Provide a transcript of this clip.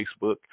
Facebook